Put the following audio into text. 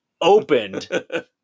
opened